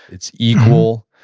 it's equal.